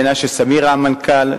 מנשה סמירה המנכ"ל,